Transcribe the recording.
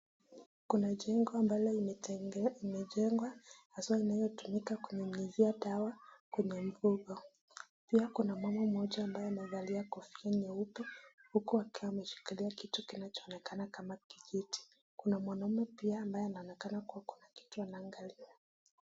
Kuna jengo ambalo imejengwa haswa inayotumika kunyunyizia dawa kwenye mifugo. Pia kuna mama mmoja ambaye amevalia kofia nyeupe huku akiwa ameshikilia kitu kinachoonekana kama kitu kuna mwanaume pia ambaye anaonekana kuwa kuna kitu anaangalia.